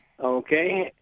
Okay